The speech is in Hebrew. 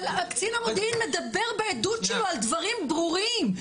אבל קצין המודיעין מדבר בעדות שלו על דברים ברורים,